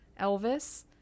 Elvis